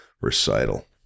recital